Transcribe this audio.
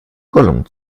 gollum